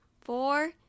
four